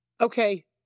Okay